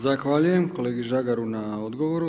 Zahvaljujem kolegi Žagaru na odgovoru.